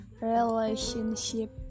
relationship